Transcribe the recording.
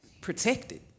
protected